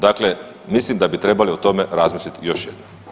Dakle, mislim da bi trebali o tome razmisliti još jednom.